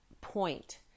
point